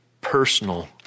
personal